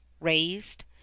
raised